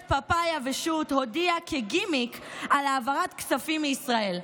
פאפאיה ושות' הודיעה כגימיק על העברת כספים מישראל.